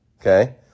Okay